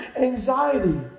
anxiety